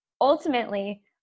ultimately